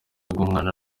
bw’umwana